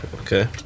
Okay